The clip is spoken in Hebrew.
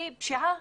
היא פשיעה